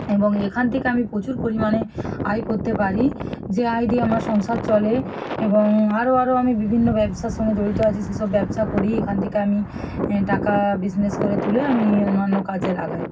এবং এখান থেকে আমি প্রচুর পরিমাণে আয় করতে পারি যে আয় দিয়ে আমার সংসার চলে এবং আরও আরও আমি বিভিন্ন ব্যবাসার সঙ্গে জড়িত আছি সেসব ব্যবসা করি এখান থেকে আমি এ টাকা বিজনেস করে তুলে আমি অন্যান্য কাজে লাগাই